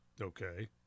Okay